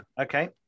Okay